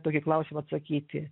tokį klausimą atsakyti